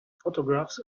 photographs